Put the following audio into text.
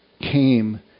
came